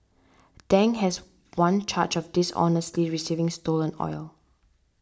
Dang has one charge of dishonestly receiving stolen oil